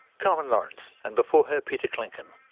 carmen lawrence. and before her, peter klinken.